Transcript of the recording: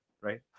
Right